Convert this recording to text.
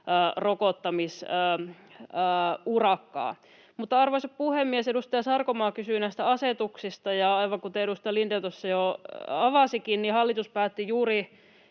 rokottamisurakkaa. Arvoisa puhemies! Edustaja Sarkomaa kysyi näistä asetuksista, ja aivan kuten edustaja Lindén tuossa jo avasikin, niin hallitus päätti juuri